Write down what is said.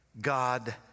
God